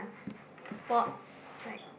sports like